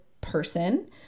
person